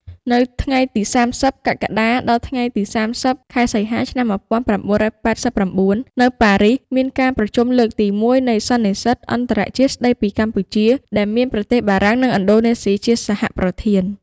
នៅថ្ងៃទី៣០ កក្កដា ដល់ថ្ងៃទី៣០ សីហា ១៩៨៩ នៅប៉ារីស មានការប្រជុំលើកទីមួយនៃសន្និសីទអន្តរជាតិស្តីពីកម្ពុជា ដែលមានប្រទេសបារាំង និងឥណ្ឌូនេស៊ី ជាសហប្រធាន។